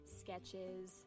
sketches